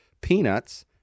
Peanuts